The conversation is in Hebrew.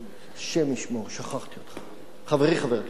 השם ישמור, שכחתי אותך, חברי חבר הכנסת.